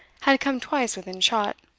had come twice within shot.